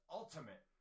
ultimate